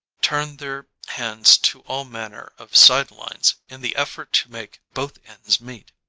turned their hands to all manner of side lines in the effort to make both ends meet.